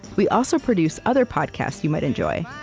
we also produce other podcasts you might enjoy,